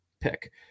pick